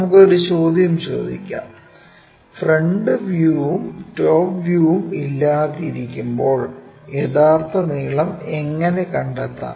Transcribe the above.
നമുക്ക് ഒരു ചോദ്യം ചോദിക്കാം ഫ്രണ്ട് വ്യൂവും ടോപ്പ് വ്യൂവും ഇല്ലാതിരിക്കുമ്പോൾ യഥാർത്ഥ നീളം എങ്ങനെ കണ്ടെത്താം